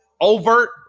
overt